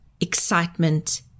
excitement